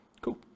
Cool